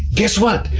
guess what?